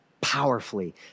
powerfully